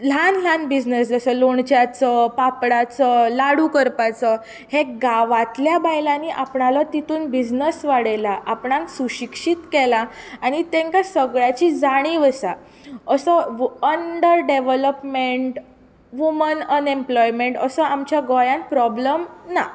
ल्हान ल्हान बिजनेस जसो लोणच्याचो पापडाचो लाडू करपाचो हें गांवांतल्या बायलांनी आपणालो तितूंत बिजनेस वाडयला आपणांक सुशिक्षीत केलां आनी तेंका सगळ्याचीच जाणीव आसा असो अंडर डेव्हेलाॅपमेंट वूमन अनएल्पाॅयमेन्ट असो आमच्या गोंयांत प्रोब्लम ना